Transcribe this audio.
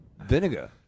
vinegar